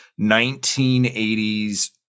1980s